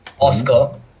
Oscar